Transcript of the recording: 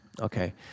Okay